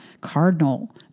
cardinal